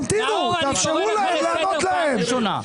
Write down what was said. נאור, אני קורא לך לסדר פעם ראשונה.